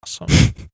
awesome